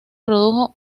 produjo